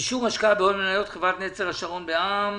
שקל לחברת נצר השרון בע"מ